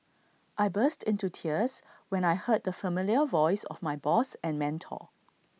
I burst into tears when I heard the familiar voice of my boss and mentor